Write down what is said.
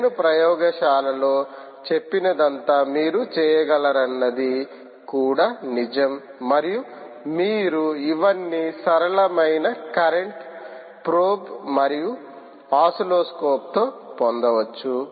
నేను ప్రయోగశాలలో చెప్పినదంతా మీరు చేయగలరన్నది కూడా నిజం మరియు మీరు ఇవన్నీ సరళమైన కరెంట్ ప్రోబ్ మరియు ఓసిల్లోస్కోప్తో పొందవచ్చు